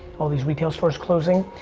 all these retail stores closing.